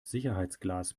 sicherheitsglas